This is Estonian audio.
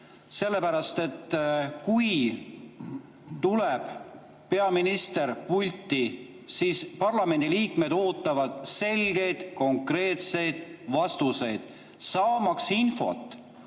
vaadata. Kui tuleb peaminister pulti, siis parlamendi liikmed ootavad selgeid, konkreetseid vastuseid, saamaks infot.